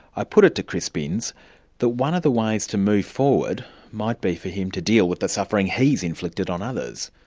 i put it to chris binse that one of the ways to move forward might be for him to deal with the suffering he's inflicted on others,